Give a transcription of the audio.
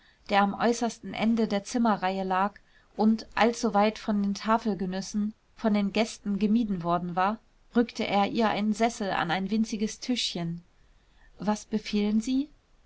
der am äußersten ende der zimmerreihe lag und allzu weit von den tafelgenüssen von den gästen gemieden worden war rückte er ihr einen sessel an ein winziges tischchen was befehlen sie